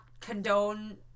condone